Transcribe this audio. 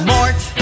Mort